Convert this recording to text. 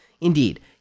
Indeed